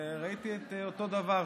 וראיתי את אותו דבר,